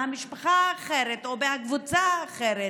מהמשפחה האחרת או מהקבוצה האחרת,